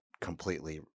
completely